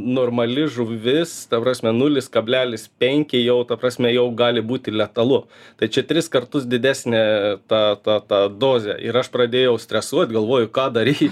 normali žuvis ta prasme nulis kablelis penki jau ta prasme jau gali būti letalu tai čia tris kartus didesnė ta ta ta dozė ir aš pradėjau stresuot galvoju ką daryt